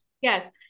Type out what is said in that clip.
Yes